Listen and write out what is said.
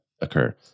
occur